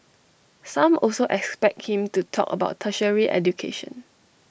some also expect him to talk about tertiary education